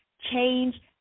change